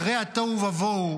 אחרי התוהו ובוהו,